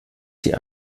sie